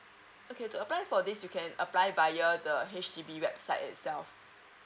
okay to apply for this we can apply via the H_D_B website itself